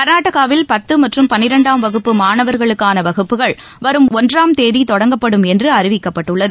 கர்நாடகாவில் பத்து மற்றும் பன்னிரெண்டாம் வகுப்பு மாணவர்களுக்கான வகுப்புகள் வரும் ஒன்றாம் தேதி தொடங்கப்படும் என அறிவிக்கப்பட்டுள்ளது